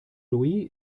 louis